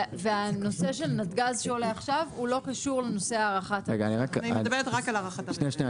הנושא של נתג"ז שעולה עכשיו הוא לא קשור לנושא הארכת הרישיון.